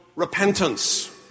Repentance